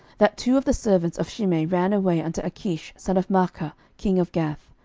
that two of the servants of shimei ran away unto achish son of maachah king of gath.